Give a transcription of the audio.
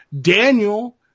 Daniel